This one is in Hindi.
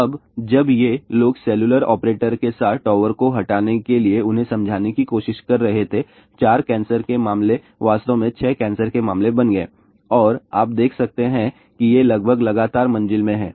अब जब ये लोग सेलुलर ऑपरेटर के साथ टॉवर को हटाने के लिए उन्हें समझाने की कोशिश कर रहे थे चार कैंसर के मामले वास्तव में छह कैंसर के मामले बन गए और आप देख सकते हैं कि ये लगभग लगातार मंजिल में हैं